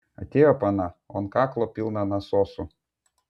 atėjo pana o ant kaklo pilna nasosų